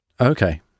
Okay